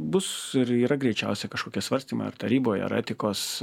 bus ir yra greičiausia kažkokie svarstymai ar taryboj ar etikos